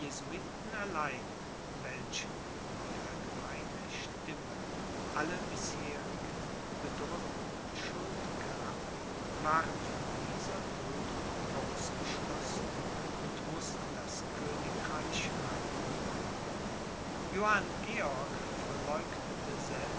welchen die allgemeine stimme alle bisherigen bedrückungen schuld gab waren von dieser duldung ausgeschlossen und mußten das königreich meiden johann georg verleugnete